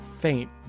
faint